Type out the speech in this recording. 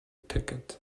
ticket